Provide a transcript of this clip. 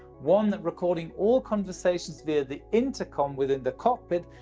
one recording all conversations via the intercom within the cockpit,